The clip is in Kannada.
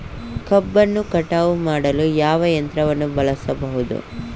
ಕಬ್ಬನ್ನು ಕಟಾವು ಮಾಡಲು ಯಾವ ಯಂತ್ರವನ್ನು ಬಳಸಬಹುದು?